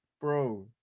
Bro